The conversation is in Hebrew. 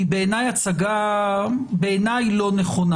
היא הצגה לא נכונה.